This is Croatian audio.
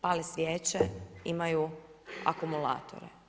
Pale svijeće, imaju akumulatore.